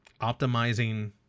optimizing